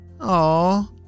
Aw